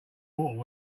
water